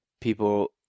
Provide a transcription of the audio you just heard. people